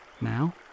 Now